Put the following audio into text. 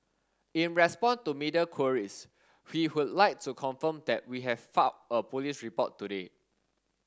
in response to media queries we would like to confirm that we have filed a police report today